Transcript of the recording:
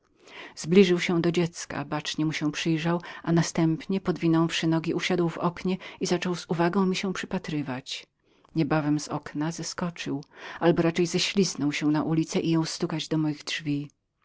zbliżył się do dziecka bacznie mu się przyglądał następnie podwinąwszy nogi usiadł w oknie i zaczął z uwagą mi się przypatrywać niebawem z okna zeskoczył na ulicę albo raczej ześliznął się i jął lekko stukać do moich drzwi